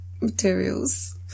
materials